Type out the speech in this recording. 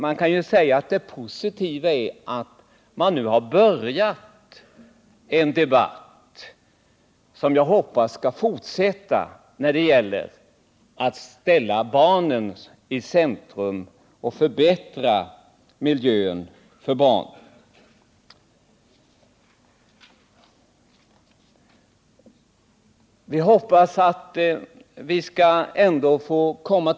Till det positiva hör att man nu har börjat en debatt för att ställa barnen i centrum och förbättra miljön för dem, och jag vill säga att jag hoppas på en fortsättning på detta.